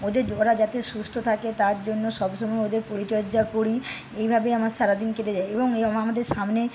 ওদের ওরা যাতে সুস্থ থাকে তার জন্য সবসময় ওদের পরিচর্যা করি এইভাবেই আমার সারাদিন কেটে যায় এবং আমাদের সামনে